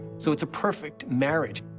so it's a perfect marriage.